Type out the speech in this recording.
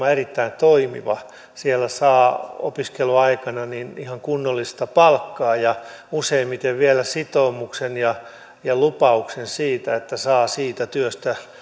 on erittäin toimiva siellä saa opiskeluaikana ihan kunnollista palkkaa ja useimmiten vielä sitoumuksen ja ja lupauksen siitä että saa